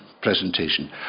presentation